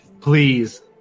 please